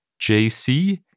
JC